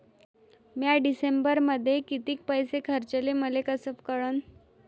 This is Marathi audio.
म्या डिसेंबरमध्ये कितीक पैसे खर्चले मले कस कळन?